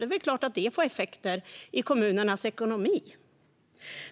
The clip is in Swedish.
Det är klart att det får effekter i kommunernas ekonomi.